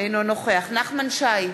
אינו נוכח נחמן שי,